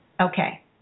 okay